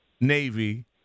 Navy